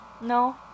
No